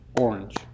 Orange